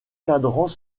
cadrans